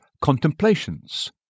Contemplations